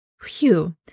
Phew